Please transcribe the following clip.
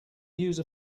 use